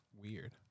weird